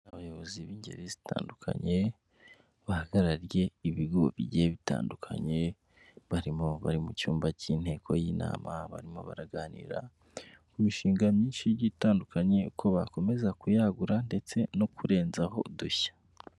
Abayobozi b'ingeri zitandukanye bahagarariye ibigo bitandukanye barimo bari mu cyumba cy'inteko y'inama barimo baraganira ku mishinga myinshi itandukanye ko bakomeza kuyagura ndetse no kurenzaho udushya.